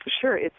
Sure